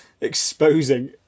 exposing